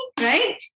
right